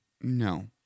No